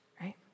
right